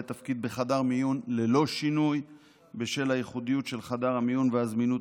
תפקיד בחדר מיון ללא שינוי בשל הייחודיות של חדר המיון והזמינות